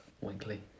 Winkley